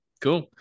Cool